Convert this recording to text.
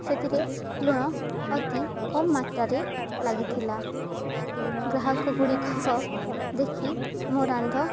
ସେଥିରେ ଲୁଣ ଅତି କମ୍ ମାତ୍ରାରେ ଲାଗିଥିଲା ଗ୍ରାହକ ଗୁଡ଼ିକ ଦେଖି ମୋ ରନ୍ଧା